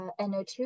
NO2